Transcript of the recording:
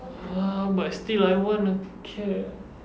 !huh! but still I want a cat